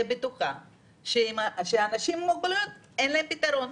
בטוחה שלאנשים עם מוגבלויות יש פתרון.